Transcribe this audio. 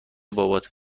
بابات